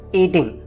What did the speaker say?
eating